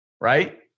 Right